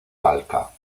talca